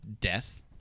death